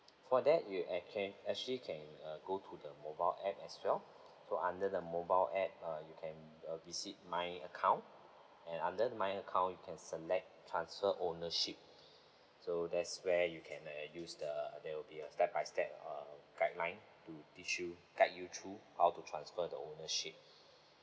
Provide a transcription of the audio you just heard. for that you okay actually can uh go to the mobile app as well so under the mobile app uh you can uh visit my account and under my account you can select transfer ownership so that's where you can uh use the there will be a step by step err guideline to teach you guide you through how to transfer the ownership